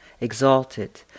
exalted